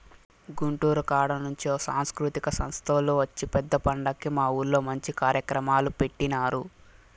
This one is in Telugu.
గుంటూరు కాడ నుంచి ఒక సాంస్కృతిక సంస్తోల్లు వచ్చి పెద్ద పండక్కి మా ఊర్లో మంచి కార్యక్రమాలు పెట్టినారు